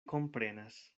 komprenas